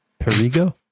perigo